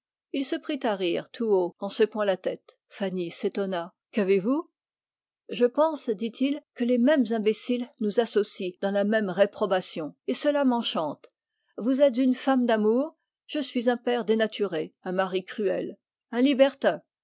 il se prit à rire tout haut fanny s'étonna qu'avez-vous je pense dit-il que les mêmes personnes nous associent dans la même réprobation et cela m'enchante vous êtes une femme d'amour je suis un père dénaturé un mari cruel un libertin